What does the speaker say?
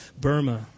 Burma